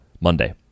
Monday